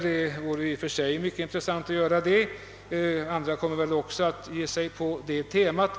Det vore i och för sig intressant att göra det, men andra kommer väl att behandla detta tema.